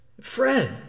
Fred